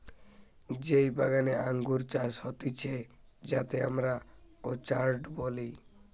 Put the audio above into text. যেই বাগানে আঙ্গুর চাষ হতিছে যাতে আমরা অর্চার্ড বলি